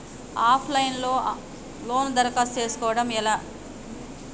Of line లో loan దరఖాస్తు చేసుకోవడం ఎలా?